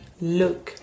look